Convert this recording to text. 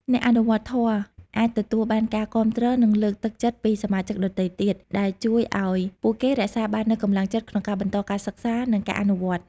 អ្នកអនុវត្តធម៌អាចទទួលបានការគាំទ្រ និងលើកទឹកចិត្តពីសមាជិកដទៃទៀត ដែលជួយឱ្យពួកគេរក្សាបាននូវកម្លាំងចិត្តក្នុងការបន្តការសិក្សា និងការអនុវត្ត។